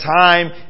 time